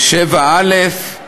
הכנסת, סעיף 7א,